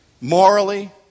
Morally